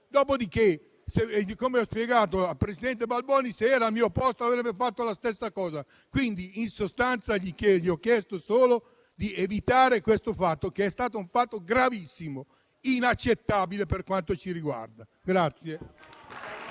Dopodiché, come ho spiegato al presidente Balboni, se fosse stato al mio posto, avrebbe fatto la stessa cosa. Quindi, in sostanza, gli ho chiesto solo di evitare questo fatto, che è stato gravissimo e inaccettabile per quanto ci riguarda.